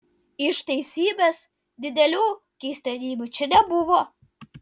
iš teisybės didelių keistenybių čia nebuvo